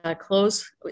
close